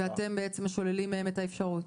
אתם בעצם שוללים מהם את האפשרות.